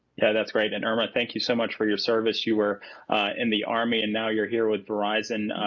yeah that's great and irma thank you so much for your service. you were in the army and now you're here with verizon.